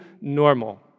normal